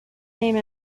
name